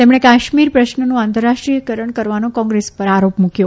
તેમણે કાશ્મીર પ્રશ્નનું આંતરરાષ્ટ્રીયકરણ કરવાનો કોંગ્રેસ પર આરોપ મૂક્યો